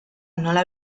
nola